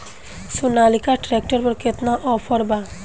Sonalika tractor पर केतना offer बा?